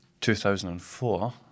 2004